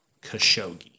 Khashoggi